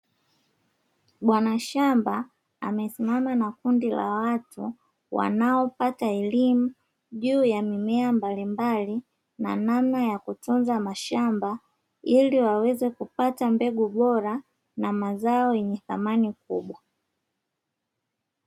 Bwana shamba amesimama na kundi la watu wanao pata elimu juu ya mimea mbalimbali, na namna ya kutunza mashamba; ili waweze kupata mbegu bora na mazao yenye thamani kubwa.